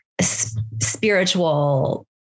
spiritual